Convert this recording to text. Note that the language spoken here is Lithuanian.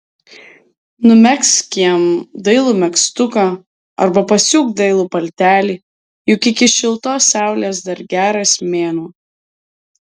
numegzk jam dailų megztuką arba pasiūk dailų paltelį juk iki šiltos saulės dar geras mėnuo